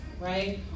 right